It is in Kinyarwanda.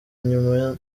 nyuma